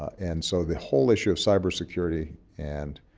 and so the whole issue of cybersecurity and